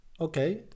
Okay